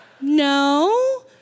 No